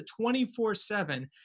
24-7